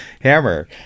hammer